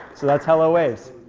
so that's hello waves.